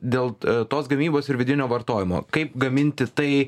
dėl tos gamybos ir vidinio vartojimo kaip gaminti tai